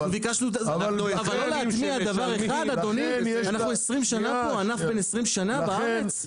אנחנו 20 שנה פה בארץ.